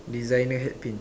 designer head pin